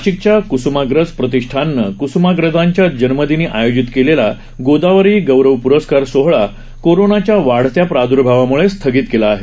नाशिकच्या कुसुमाग्रज प्रतिष्ठाननं कुसुमाग्रजांच्या जन्मदिनी आयोजित केलेला गोदावरी गौरव प्रस्कार सोहळा कोरोनाच्या वाढत्या प्रादर्भावामुळे स्थगित केला आहे